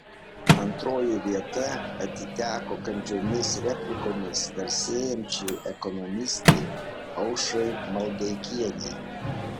antroji vieta atiteko kandžiomis replikomis garsėjančiai ekonomistei aušrai maldeikienei